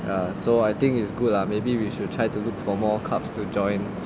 ya so I think it's good lah maybe we should try to look for more clubs to join